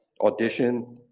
audition